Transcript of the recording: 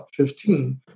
15